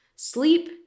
Sleep